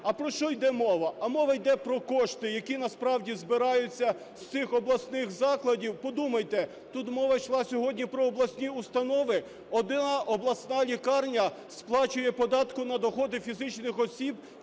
А про що йде мова? А мова йде про кошти, які насправді збираються з цих обласних закладів. Подумайте, тут мова йшла сьогодні про обласні установи. Одна обласна лікарня сплачує податку на доходи фізичних осіб